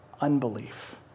unbelief